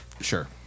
Sure